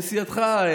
מסיעתך,